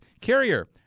Carrier